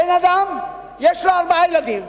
בן-אדם, יש לו ארבעה ילדים.